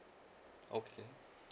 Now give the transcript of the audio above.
okay